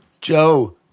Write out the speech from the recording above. Joe